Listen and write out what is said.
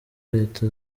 leta